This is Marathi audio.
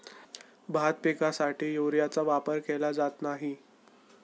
भात पिकासाठी युरियाचा वापर का केला जात नाही?